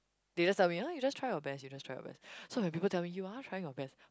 they just tell me ah you just try your best you just try your best so when people tell me you are trying your best